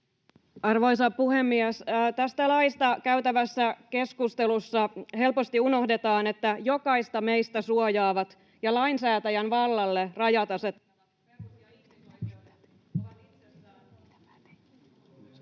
Arvoisa puhemies! Tästä laista käytävässä keskustelussa helposti unohdetaan, että jokaista meistä suojaavat ja lainsäätäjän vallalle rajat asettavat perus- ja ihmisoikeudet ovat itsessään